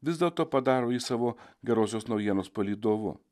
vis dėlto padaro jį savo gerosios naujienos palydovu